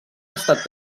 estat